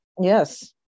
Yes